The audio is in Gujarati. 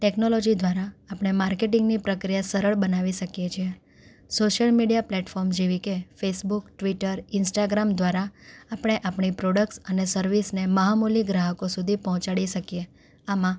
ટેક્નોલૉજી દ્વારા આપણે માર્કેટિંગની પ્રક્રિયા સરળ બનાવી શકીએ છીએ શોસલ મીડિયા પ્લેટફોમ જેવી કે ફેસબુક ટિવટર ઇન્સ્ટાગ્રામ દ્વારા આપણે આપણી પ્રોડકસ અને સર્વિસને મહામુલી ગ્રાહકો સુધી પહોંચાડી શકીએ આમાં